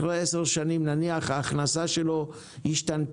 אחרי עשר שנים נניח ההכנסה שלו השתנתה,